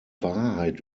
wahrheit